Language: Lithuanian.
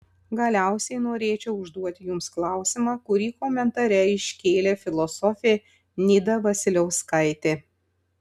galiausiai norėčiau užduoti jums klausimą kurį komentare iškėlė filosofė nida vasiliauskaitė